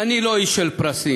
אני לא איש של פרסים,